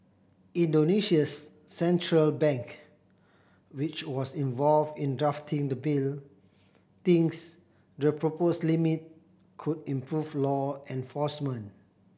Indonesia's central bank which was involved in drafting the bill thinks the proposed limit could improve law enforcement